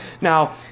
Now